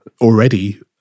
already